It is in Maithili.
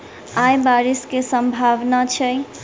आय बारिश केँ सम्भावना छै?